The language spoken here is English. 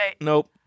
Nope